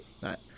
right